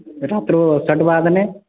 रात्रौ षड् वादने